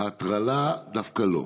ההטרלה דווקא לא.